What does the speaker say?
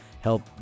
Help